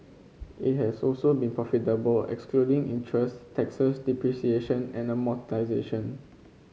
it has also been profitable excluding interest taxes depreciation and amortisation